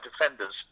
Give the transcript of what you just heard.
defenders